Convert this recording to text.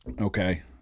Okay